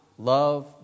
Love